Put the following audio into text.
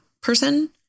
person